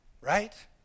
right